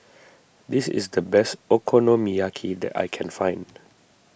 this is the best Okonomiyaki that I can find